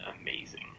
amazing